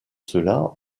cela